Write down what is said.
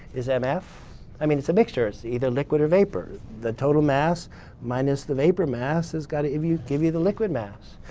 is um mf. i mean it's a mixture. it's either liquid or vapor. the total mass minus the vapor mass has got to give you give you the liquid mass.